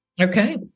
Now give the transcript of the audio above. Okay